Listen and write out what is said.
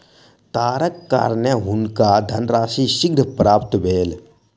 तारक कारणेँ हुनका धनराशि शीघ्र प्राप्त भेल